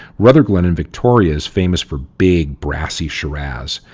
rutherglen in victoria is famous for big, brassy shiraz,